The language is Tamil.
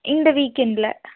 இந்த வீக்கெண்டில்